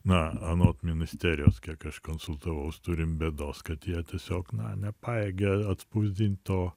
na anot ministerijos kiek aš konsultavaus turim bėdos kad jie tiesiog na nepajėgia atspausdint to